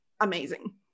amazing